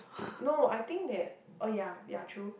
no I think that oh ya ya true